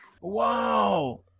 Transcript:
Wow